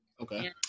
okay